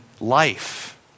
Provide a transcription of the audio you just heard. life